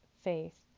faith